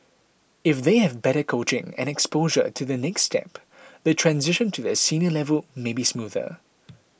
if they have better coaching and exposure to the next step the transition to the senior level may be smoother